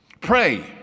Pray